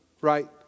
right